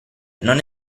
non